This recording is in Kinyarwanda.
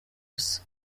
gusa